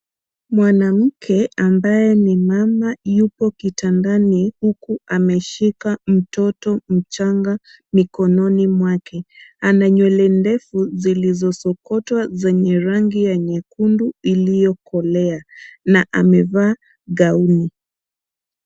Mwanamke ambaye ni mama yupo kitandani huku ameshika mtoto mchanga mikononi mwake. Ana nywele ndefu ziizosokotwa zenye rangi ya nyekundu iliyokolea na amevaa gauni.